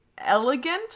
elegant